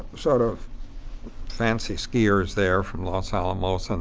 sort of fancy skiers there from los alamos. and